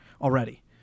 already